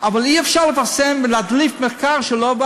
אי-אפשר לפרסם ולהדליף מחקר שלא עבר